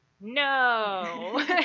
no